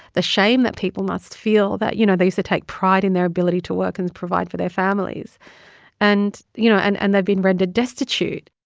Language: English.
the shame that people must feel that, you know, they used to take pride in their ability to work and provide for their families and you know and and they've been rendered destitute